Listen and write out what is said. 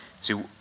See